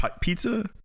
pizza